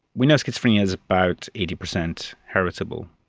we know schizophrenia is about eighty percent heritable.